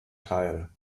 teil